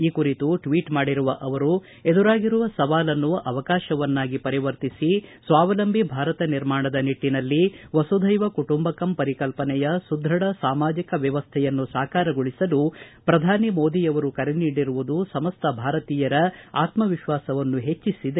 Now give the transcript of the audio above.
ಈ ಕುರಿತು ಟ್ವೀಟ್ ಮಾಡಿರುವ ಅವರು ಎದುರಾಗಿರುವ ಸವಾಲನ್ನು ಅವಕಾಶವನ್ನಾಗಿ ಪರಿವರ್ತಿಸಿ ಸ್ವಾವಲಂಬಿ ಭಾರತ ನಿರ್ಮಾಣದ ನಿಟ್ಟಿನಲ್ಲಿ ವಸುಧೈವ ಕುಟುಂಬಕಂ ಪರಿಕಲ್ಪನೆಯ ಸದೃಢ ಸಾಮಾಜಿಕ ವ್ವವಸ್ಥೆಯನ್ನು ಸಾಕಾರಗೊಳಿಸಲು ಪ್ರಧಾನಿ ಮೋದಿಯವರು ಕರೆ ನೀಡಿರುವುದು ಸಮಸ್ತ ಭಾರತೀಯರ ಆತ್ಮವಿಶ್ವಾಸವನ್ನು ಹೆಚ್ಚಿಸಿದೆ